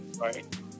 right